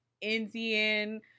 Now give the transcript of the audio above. Indian